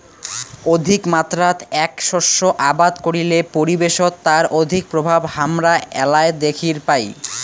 অধিকমাত্রাত এ্যাক শস্য আবাদ করিলে পরিবেশত তার অধিক প্রভাব হামরা এ্যালায় দ্যাখির পাই